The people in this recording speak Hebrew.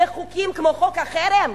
בחוקים כמו חוק החרם?